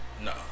No